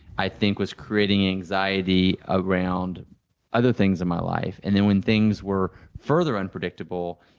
i think was creating anxiety around other things of my life. and then when things were further unpredictable,